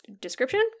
description